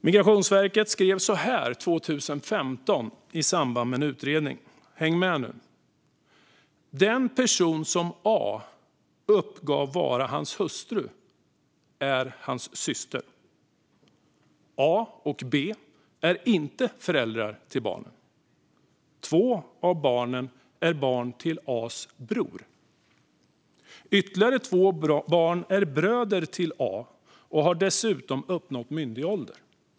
Migrationsverket skrev så här 2000 i samband med en utredning - häng med nu: "Den person som A uppgav vara hans hustru är hans syster. A och B är inte föräldrar till barnen. Två av barnen är barn till A:s bror. Ytterligare två barn är bröder till A och har dessutom uppnått myndig ålder.